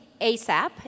ASAP